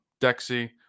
Dexy